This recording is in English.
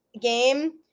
game